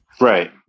Right